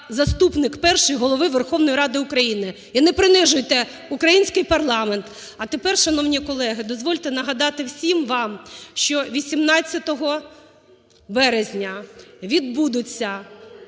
заступник перший Голови Верховної Ради України. І не принижуйте український парламент. А тепер, шановні колеги, дозвольте нагадати всім вам, що 18 березня відбудутьсяфейкові